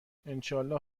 انشااله